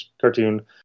cartoon